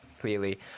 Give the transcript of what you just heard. clearly